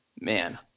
man